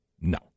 No